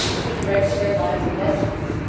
who directed their lives and destinies,